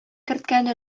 керткән